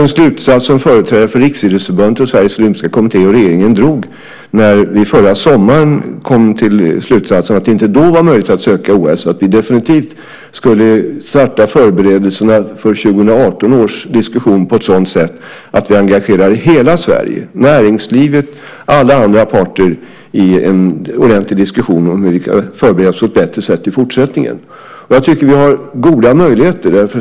Den slutsats som företrädare för Riksidrottsförbundet och Sveriges Olympiska Kommitté och regeringen drog, när vi förra sommaren kom till slutsatsen att det då inte var möjligt att söka OS, var att vi definitivt skulle starta förberedelserna för 2018 års diskussion på ett sådant sätt att vi engagerar hela Sverige, näringslivet och alla andra parter, i en ordentlig diskussion om hur vi kan förbereda oss på ett bättre sätt i fortsättningen. Jag tycker att vi har goda möjligheter.